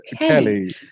Kelly